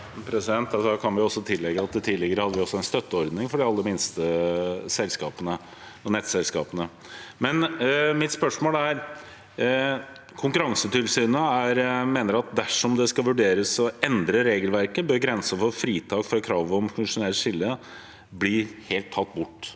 Vi kan også tillegge at vi tidligere hadde en støtteordning for de aller minste nettselskapene. Konkurransetilsynet mener at dersom det skal vurderes å endre regelverket, bør grensen for fritak fra kravet om funksjonelt skille bli helt tatt bort.